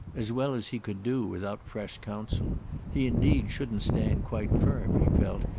as well as he could do without fresh counsel he indeed shouldn't stand quite firm, he felt,